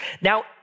Now